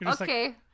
Okay